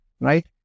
right